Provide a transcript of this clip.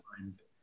lines